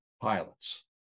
pilots